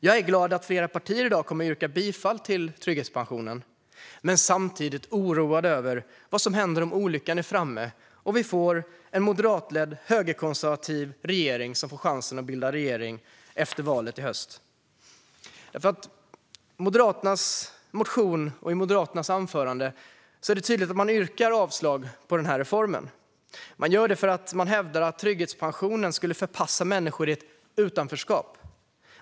Jag är glad att flera partier i dag kommer att yrka bifall till förslaget om trygghetspension, men jag är samtidigt oroad över vad som händer om olyckan är framme och vi får en moderatledd, högerkonservativ regering efter valet i höst. I Moderaternas motion och utifrån moderatens anförande här är det nämligen tydligt att man yrkar avslag på förslaget om den här reformen. Man gör det för att man hävdar att trygghetspensionen skulle förpassa människor till ett "utanförskap".